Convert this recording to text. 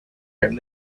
papel